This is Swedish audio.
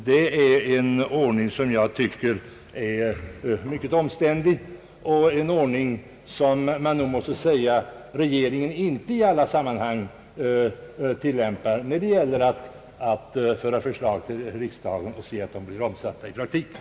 Det är en ordning som jag finner mycket omständlig, och man måste säga att regeringen inte i alla sammanhang tilllämpar denna ordning när det gäller att ställa förslag till riksdagen och se till att de blir omsatta i praktiken.